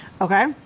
Okay